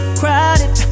crowded